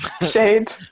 Shade